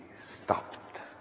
stopped